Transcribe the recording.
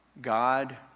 God